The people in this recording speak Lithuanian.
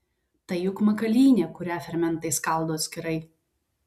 tai juk makalynė kurią fermentai skaldo atskirai